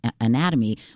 anatomy